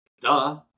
Duh